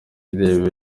ireba